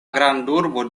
grandurbo